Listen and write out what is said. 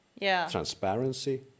transparency